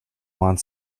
want